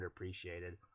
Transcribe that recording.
underappreciated